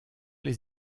les